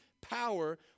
power